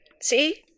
see